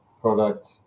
product